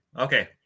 okay